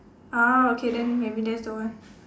ah okay then maybe that's the one